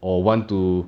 or want to